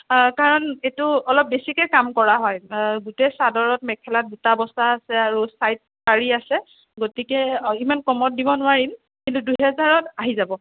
কাৰণ এইটো অলপ বেছিকৈ কাম কৰা হয় গোটেই চাদৰত মেখেলাত বুটা বছা আছে আৰু চাইড পাৰি আছে গতিকে ইমান কমত দিব নোৱাৰিম কিন্তু দুহেজাৰত আহি যাব